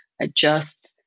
adjust